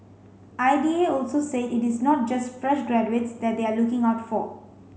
I D A also said it is not just fresh graduates that they are looking out for